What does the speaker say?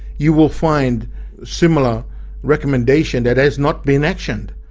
you will find similar recommendation that has not been actioned,